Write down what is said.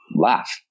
laugh